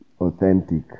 authentic